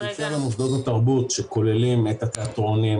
--- מוסדות התרבות שכוללים את התיאטראות,